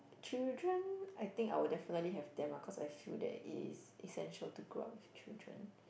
children I think I will definitely have them lah cause I feel that it is essential to grow up with children